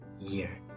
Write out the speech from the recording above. year